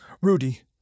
Rudy